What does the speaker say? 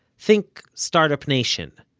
think start-up nation,